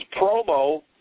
promo